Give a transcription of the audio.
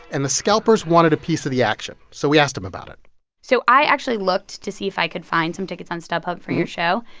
and the scalpers wanted a piece of the action. so we asked him about it so i actually looked to see if i could find some tickets on stubhub for your show.